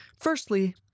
Firstly